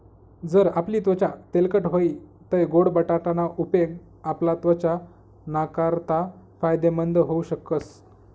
जर आपली त्वचा तेलकट व्हयी तै गोड बटाटा ना उपेग आपला त्वचा नाकारता फायदेमंद व्हऊ शकस